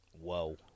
Whoa